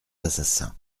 assassins